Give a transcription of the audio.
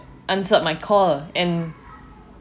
answered my call and